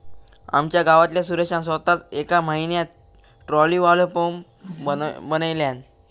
आमच्या गावातल्या सुरेशान सोताच येका म्हयन्यात ट्रॉलीवालो पंप बनयल्यान